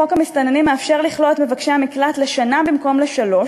חוק המסתננים מאפשר לכלוא את מבקשי המקלט לשנה במקום לשלוש,